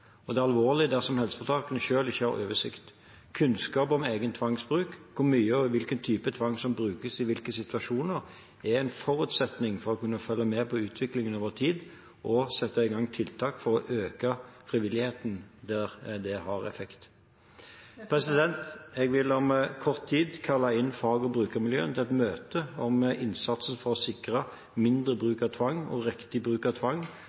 Det er alvorlig dersom helseforetakene selv ikke har oversikt. Kunnskap om egen tvangsbruk, hvor mye og hvilken tvang som brukes i hvilke situasjoner, er en forutsetning for å kunne følge med på utviklingen over tid og sette i gang tiltak for å øke frivillighet der det har effekt. Jeg vil om kort tid kalle inn fag- og brukermiljøene til et møte om innsatsen for å sikre mindre bruk av tvang og riktig bruk av tvang